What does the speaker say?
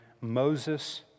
Moses